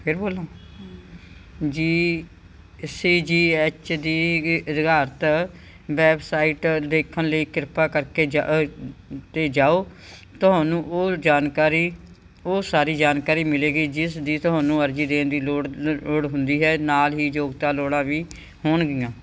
ਫਿਰ ਬੋਲਾਂ G C G H ਦੀ ਅ ਅਧਿਕਾਰਤ ਵੈੱਬਸਾਈਟ ਦੇਖਣ ਲਈ ਕਿਰਪਾ ਕਰਕੇ ਜਾ 'ਤੇ ਜਾਓ ਤੁਹਾਨੂੰ ਉਹ ਜਾਣਕਾਰੀ ਉਹ ਸਾਰੀ ਜਾਣਕਾਰੀ ਮਿਲੇਗੀ ਜਿਸ ਦੀ ਤੁਹਾਨੂੰ ਅਰਜ਼ੀ ਦੇਣ ਲਈ ਲੋੜ ਲੋੜ ਹੁੰਦੀ ਹੈ ਨਾਲ ਹੀ ਯੋਗਤਾ ਲੋੜਾਂ ਵੀ ਹੋਣਗੀਆਂ